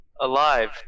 alive